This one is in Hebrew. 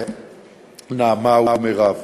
נעמה ומרב,